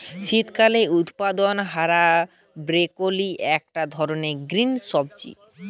শীতকালে উৎপাদন হায়া ব্রকোলি একটা ধরণের গ্রিন সবজি